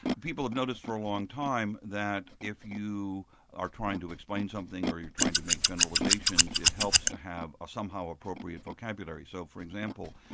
people have noticed for a long time that if you are trying to explain something or you're trying to make generalisations, it helps to have a somehow appropriate vocabulary. so for example,